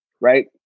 right